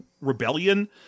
rebellion